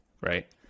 right